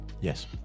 Yes